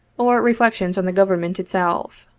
or re flections on the government itself.